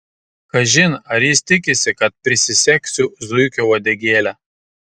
kažin ar jis tikisi kad prisisegsiu zuikio uodegėlę